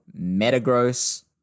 Metagross